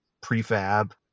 prefab